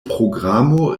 programo